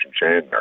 Chain